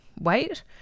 wait